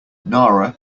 nara